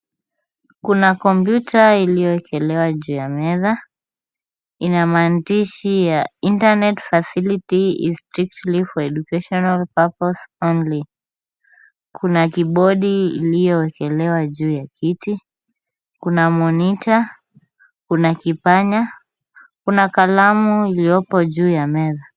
Kuna komputa iliyowekelewa juu ya meza. Ina maandishi ya internet facility is strictly for educational purpose only . Kuna kibodi iliyowekelewa juu ya kiti, kuna monita, kuna kipanya, kuna kalamu iliyopo juu ya meza.